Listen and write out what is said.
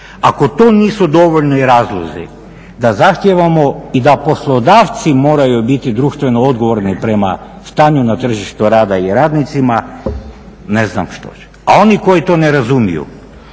Ako to nisu dovoljni razlozi da zahtijevamo i da poslodavci moraju biti društveno odgovorni prema stanju na tržištu rada i radnicima ne znam što ću, a oni koji to ne razumiju